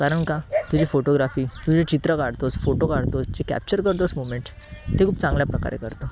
कारण का तुझी फोटोग्राफी तू जे चित्र काढतोस फोटो काढतोस जे कॅप्चर करतोस मुमेंट्स ते खूप चांगल्या प्रकारे करतो